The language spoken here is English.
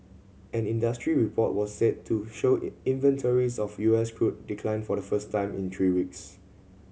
an industry report was said to show inventories of U S crude declined for the first time in three weeks